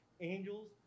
angels